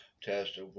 test